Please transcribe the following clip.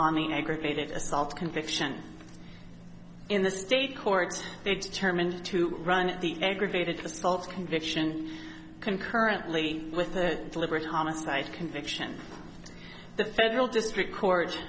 arming aggravated assault conviction in the state court they determined to run the aggregate to solve conviction concurrently with the deliberate homicide conviction the federal district court